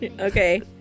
Okay